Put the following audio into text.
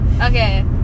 Okay